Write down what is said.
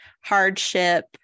hardship